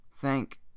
Thank